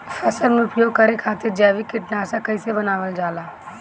फसल में उपयोग करे खातिर जैविक कीटनाशक कइसे बनावल जाला?